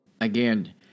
again